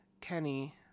Kenny